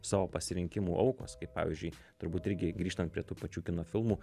savo pasirinkimų aukos kaip pavyzdžiui turbūt irgi grįžtant prie tų pačių kino filmų